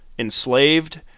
enslaved